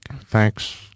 Thanks